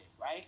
right